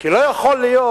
כי לא יכול להיות